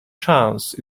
chance